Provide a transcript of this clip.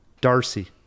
Darcy